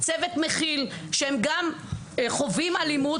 צוות מכיל, שהם גם חווים אלימות.